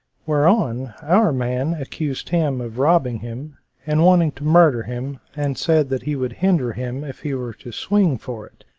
whereon our man accused him of robbing him and wanting to murder him and said that he would hinder him if he were to swing for it.